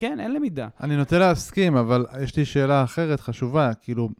כן, אין למידה. אני נוטה להסכים, אבל יש לי שאלה אחרת חשובה, כאילו...